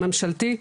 הממשלתי,